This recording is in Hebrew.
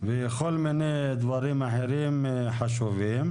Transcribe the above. וכל מיני דברים אחרים חשובים,